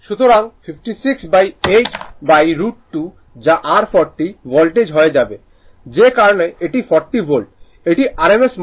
সুতরাং 568√ 2 যা r 40 volt হয়ে যাবে যে কারণে এটি 40 ভোল্ট এটি rms মান